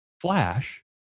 flash